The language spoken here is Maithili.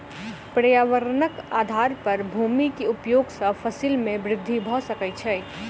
पर्यावरणक आधार पर भूमि के उपयोग सॅ फसिल में वृद्धि भ सकै छै